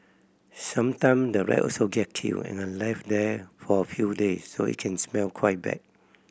sometime the rat also get killed and are left there for a few days so it can smell quite bad